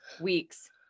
weeks